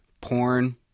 porn